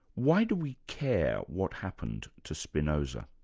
why do we care what happened to spinoza?